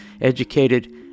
educated